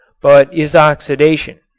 but is oxidation.